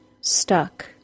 stuck